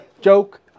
Joke